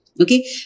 Okay